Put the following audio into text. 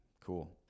Cool